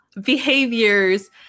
behaviors